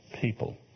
people